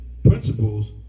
Principles